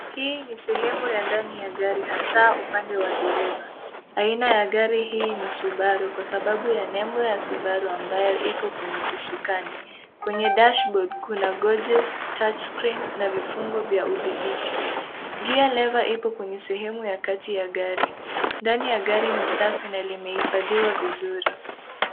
Hii ni sehemu ya ndani ya gari hasa upande wa dereva. Aina ya gari hii ni Subaru kwa sababu ya nembo ya Subaru ambayo iko kwenye usukani. Kwenye dashboard kuna gadgets , touch screen na vifungo vya udhibiti. Gear lever ipo kwenye sehemu ya kati ya gari. Ndani ya gari ni safi na limehifadhiwa vizuri.